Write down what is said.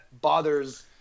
bothers